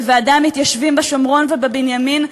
בוועדי המתיישבים בשומרון ובבנימין,